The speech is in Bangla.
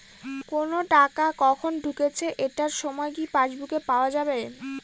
কোনো টাকা কখন ঢুকেছে এটার সময় কি পাসবুকে পাওয়া যাবে?